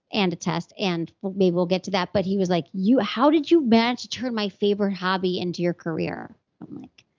and a test, and maybe we'll get to that, but he was like, how did you manage to turn my favorite hobby into your career? i'm like,